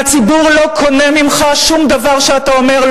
והציבור לא קונה ממך שום דבר שאתה אומר,